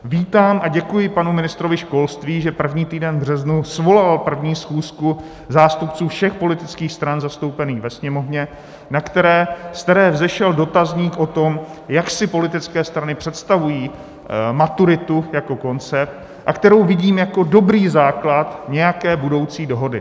Vítám a děkuji panu ministrovi školství, že první týden v březnu svolal první schůzku zástupců všech politických stran zastoupených ve Sněmovně, ze které vzešel dotazník o tom, jak si politické strany představují maturitu jako koncept, a kterou vidím jako dobrý základ nějaké budoucí dohody.